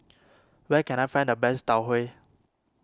where can I find the best Tau Huay